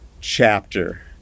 chapter